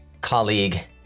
colleague